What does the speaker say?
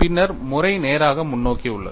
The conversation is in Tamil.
பின்னர் முறை நேராக முன்னோக்கி உள்ளது